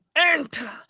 enter